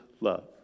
love